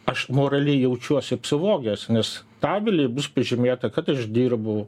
aš moraliai jaučiuosi apsivogęs nes tabely bus pažymėta kad aš dirbau